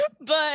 But-